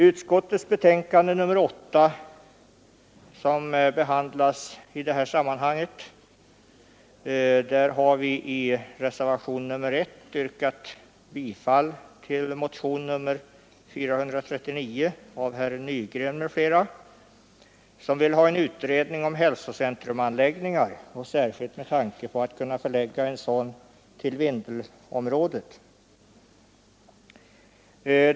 Utskottets betänkande nr 8 debatteras också i det här sammanhanget. Där har vi i reservationen 1 tillstyrkt motionen 439 av herr Nygren m.fl., som vill ha en utredning om hälsocentrumanläggningar — särskilt om möjligheten att förlägga en sådan till Vindelområdet.